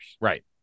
Right